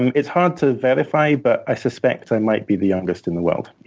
and it's hard to verify, but i suspect i might be the youngest in the world.